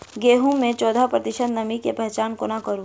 गेंहूँ मे चौदह प्रतिशत नमी केँ पहचान कोना करू?